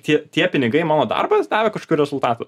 tie tie pinigai mano darbas davė kažkokių rezultatų